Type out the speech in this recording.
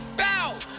bow